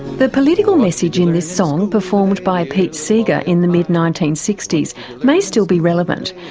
the political message in this song performed by pete seeger in the mid nineteen sixty s may still be relevant,